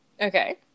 okay